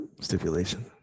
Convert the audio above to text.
stipulation